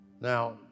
Now